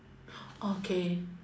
okay